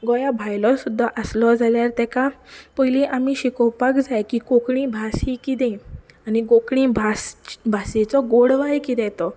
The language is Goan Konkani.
गोंया भायलो सुद्दां आसलो जाल्यार ताका पयली आमी शिकोवपाक जाय की कोंकणी भास ही कितें आनी कोंकणी भास भाशेचो गोडवाय कितें तो